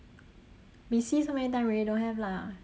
we see so many time already don't have lah